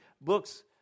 books